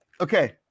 okay